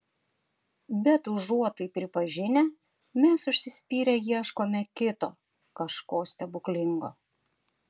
bet užuot tai pripažinę mes užsispyrę ieškome kito kažko stebuklingo